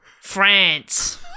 France